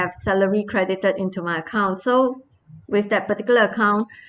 salary credited into my account so with that particular account